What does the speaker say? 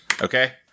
Okay